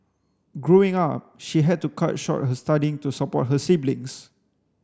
growing up she had to cut short her studying to support her siblings